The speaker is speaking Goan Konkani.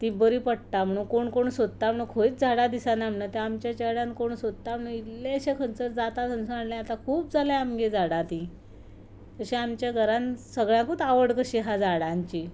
तीं बरीं पडटा म्हूण कोण कोण सोदतात म्हूण खंयच झाडां दिसना म्हूण ते आमचे चेड्यान कोण सोदता म्हणून इल्लेंशें खंयसर जाता थंयसान हाडलें आतां खूब जाल्यां आमगेर झाडां तीं तशें आमचे घरांत सगळ्यांकूच आवड कशी आहा झाडांची